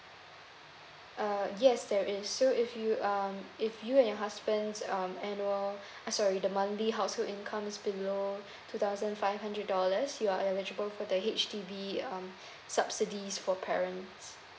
uh yes there is so if you um if you and your husband's um annual ah sorry the monthly household income is below two thousand five hundred dollars you are eligible for the H_D_B um subsidies for parents